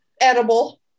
edible